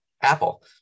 Apple